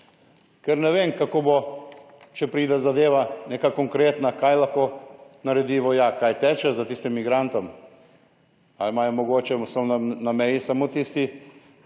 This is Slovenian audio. ne. Ne vem, kako bo, če pride zadeva, neka konkretna, kaj lahko naredi vojak, ali naj teče za tistim migrantom, ali so mogoče na meji samo tisti